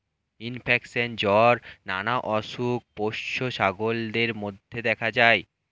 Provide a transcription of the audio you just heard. infection, জ্বর নানা অসুখ পোষ্য ছাগলদের মধ্যে দেখা যায়